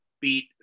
beat